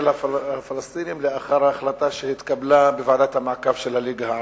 לפלסטינים לאחר ההחלטה שהתקבלה בוועדת המעקב של הליגה הערבית.